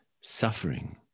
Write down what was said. suffering